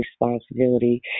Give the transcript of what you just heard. responsibility